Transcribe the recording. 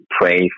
pray